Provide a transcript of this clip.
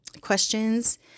questions